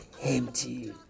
empty